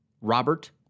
Robert